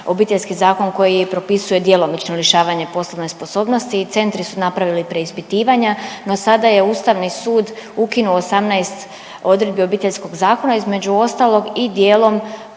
obiteljski zakon koji propisuje djelomično lišavanje poslovne sposobnosti i centri su napravili preispitivanja, no sada je Ustavni sud ukinuo 18 odredbi Obiteljskog zakona, između ostalog i dijelom